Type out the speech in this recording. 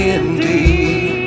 indeed